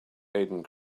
aden